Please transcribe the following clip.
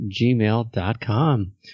gmail.com